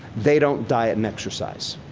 they don't diet and exercise.